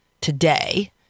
today